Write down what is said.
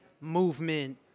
movement